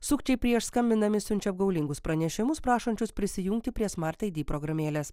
sukčiai prieš skambindami siunčia apgaulingus pranešimus prašančius prisijungti prie smart id programėlės